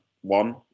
one